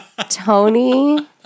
Tony